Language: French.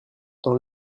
dans